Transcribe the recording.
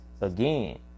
again